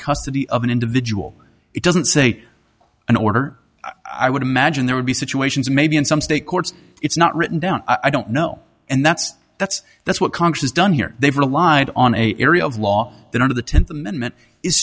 custody of an individual it doesn't say an order i would imagine there would be situations maybe in some state courts it's not written down i don't know and that's that's that's what congress has done here they've relied on a area of law that under the tenth amendment is